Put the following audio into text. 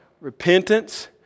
Repentance